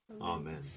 amen